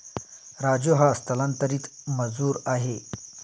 राजू हा स्थलांतरित मजूर आहे